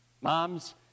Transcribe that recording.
Moms